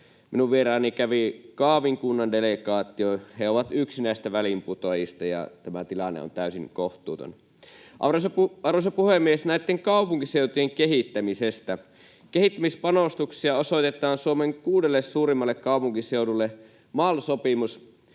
Minun vieraanani kävi Kaavin kunnan delegaatio. He ovat yksi näistä väliinputoajista, ja tämä tilanne on täysin kohtuuton. Arvoisa puhemies! Näitten kaupunkiseutujen kehittämisestä: Kehittämispanostuksia osoitetaan Suomen kuudelle suurimmalle kaupunkiseudulle MAL-sopimus-